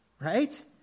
Right